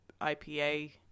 IPA